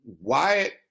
Wyatt